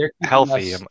healthy